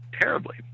terribly